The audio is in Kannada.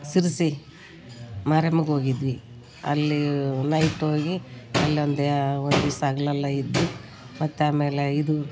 ಶಿರ್ಸಿ ಮಾರಿಯಮ್ಮಗೆ ಹೋಗಿದ್ವಿ ಅಲ್ಲೀ ನೈಟ್ ಹೋಗಿ ಅಲ್ಲೊಂದು ಒಂದು ದಿಸ ಹಗ್ಲೆಲ್ಲ ಇದ್ದು ಮತ್ತು ಆಮೇಲೆ ಇದು